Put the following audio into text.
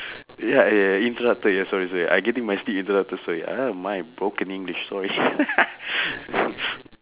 ya ya ya interrupted ya sorry sorry I getting my sleep interrupted sorry ah my broken english sorry